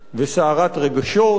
וסערת רגשות,